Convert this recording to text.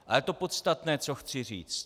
Ale to podstatné, co chci říct.